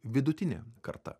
vidutinė karta